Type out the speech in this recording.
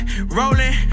Rolling